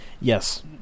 Yes